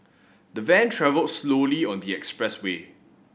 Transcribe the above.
the Van travelled slowly on the expressway